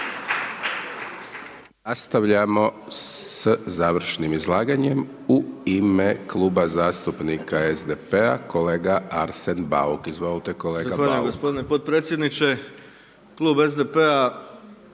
Nastavljamo s završnim izlaganjem u ime Kluba zastupnika SDP-a kolega Arsen Bauk, izvolite kolega Bauk.